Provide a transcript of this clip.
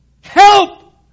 help